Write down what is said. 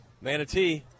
Manatee